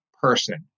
person